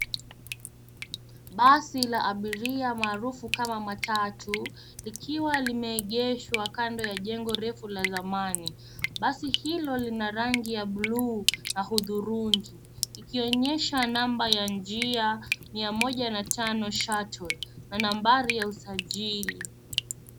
Basi la abiria maarufu kama matatu likiwa limeegeshwa kando ya jengo refu la zamani ,basi hilo lina rangi ya buluu na hudhurungi ikionyesha namba ya njia[ 105 shuttle] na nambari ya usajili.